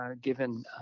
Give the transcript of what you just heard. given